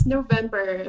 November